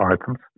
items